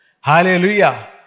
Hallelujah